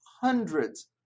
hundreds